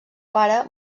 pare